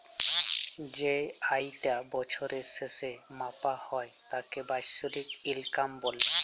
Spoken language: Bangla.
যেই আয়িটা বছরের শেসে মাপা হ্যয় তাকে বাৎসরিক ইলকাম ব্যলে